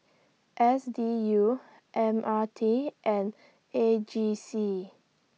S D U M R T and A G C